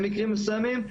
במקרים מסוימים,